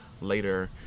later